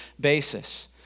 basis